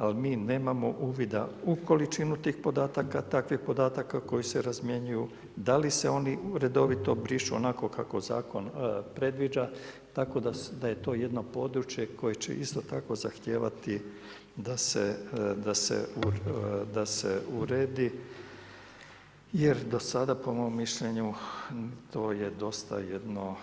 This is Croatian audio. Ali mi nemamo uvida u količinu tih podataka, takvih podataka koji se razmjenjuju, da li se oni redovito brišu onako kako zakon predviđa, tako da je to jedno područje koje će isto tako zahtijevati da se uredi jer do sada po mom mišljenju to je dosta jedno